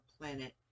planet